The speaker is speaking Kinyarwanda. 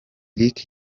lick